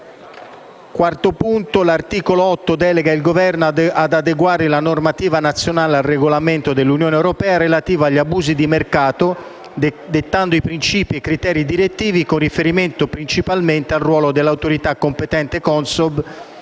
SIM. L'articolo 8 delega il Governo ad adeguare la normativa nazionale al regolamento dell'Unione europea relativo agli abusi di mercato, dettando principi e criteri direttivi con riferimento principalmente al ruolo dell'autorità competente Consob